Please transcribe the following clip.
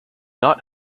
not